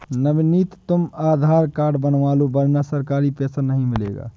नवनीत तुम आधार कार्ड बनवा लो वरना सरकारी पैसा नहीं मिलेगा